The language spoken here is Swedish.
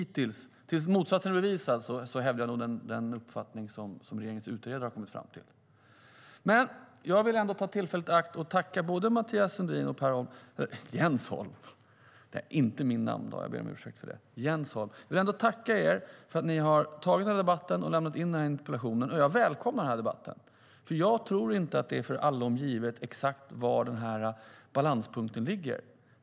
Tills motsatsen bevisas hävdar jag dock den uppfattning regeringens utredare har kommit fram till. Jag vill ta tillfället i akt och tacka både Mathias Sundin och Jens Holm för att ha lämnat in interpellationen och tagit debatten. Jag välkomnar debatten, för jag tror inte att det är en gång för alla givet exakt var balanspunkten ligger.